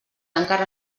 encara